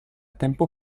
tempo